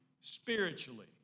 spiritually